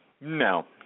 No